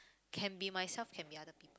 can be myself can be other people